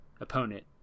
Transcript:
opponent